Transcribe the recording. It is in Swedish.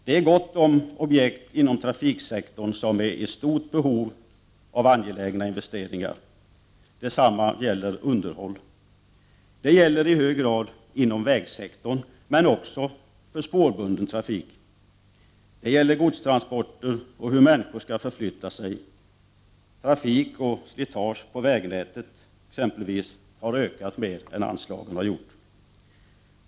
Det är inom trafiksektorn gott om objekt som är i stort behov av angelägna investeringar. Detsamma gäller underhåll. Detta gäller i hög grad inom vägsektorn, men också för spårbunden trafik. Det gäller godstransporter och hur människor skall förflytta sig. Trafik och slitage på exempelvis vägnätet har ökat mer än anslagen gjort.